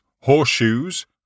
horseshoes